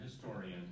historian